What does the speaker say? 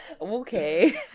Okay